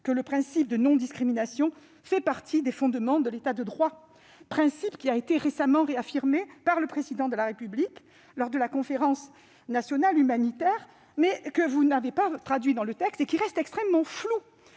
que le principe de non-discrimination fait partie des piliers de l'État de droit. Ce principe a été récemment réaffirmé par le Président de la République lors de la conférence nationale humanitaire, mais vous ne l'avez pas traduit dans le texte et il reste extrêmement flou.